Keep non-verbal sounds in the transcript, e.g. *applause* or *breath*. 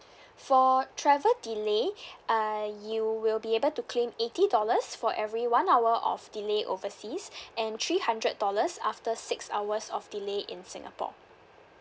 for travel delay uh you will be able to claim eighty dollars for every one hour of delay overseas *breath* and three hundred dollars after six hours of delay in singapore